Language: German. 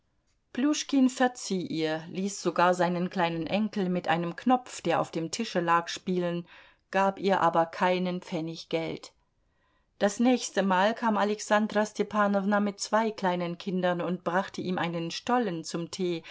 pljuschkin verzieh ihr ließ sogar seinen kleinen enkel mit einem knopf der auf dem tische lag spielen gab ihr aber keinen pfennig geld das nächste mal kam alexandra stepanowna mit zwei kleinen kindern und brachte ihm einen stollen zum tee